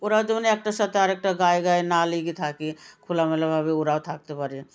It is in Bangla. ওরা যেমন একটার সাথে আরেকটা গায়ে গায়ে না লেগে থাকে খোলামেলাভাবে ওরাও থাকতে পারে